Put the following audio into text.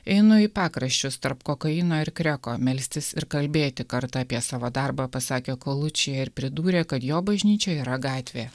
einu į pakraščius tarp kokaino ir kreko melstis ir kalbėti kartą apie savo darbą pasakė ir pridūrė kad jo bažnyčia yra gatvė